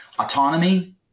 Autonomy